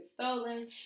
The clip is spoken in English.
stolen